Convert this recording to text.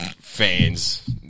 fans